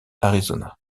arizona